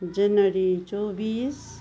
जनवरी चौबिस